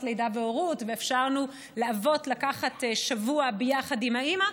הלידה וההורות ואפשרנו לאבות לקחת שבוע ביחד עם האימא.